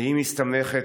והיא מסתמכת,